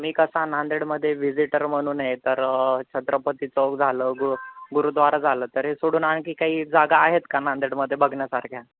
मी कसा नांदेडमध्ये व्हिजिटर म्हणून आहे तर छत्रपती चौक झालं गुरुद्वारा झालं तर हे सोडून आणखी काही जागा आहेत का नांदेडमध्ये बघण्यासारख्या